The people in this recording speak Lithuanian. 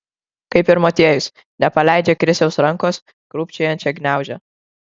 kaip ir motiejus nepaleidžia krisiaus rankos krūpčiojančią gniaužia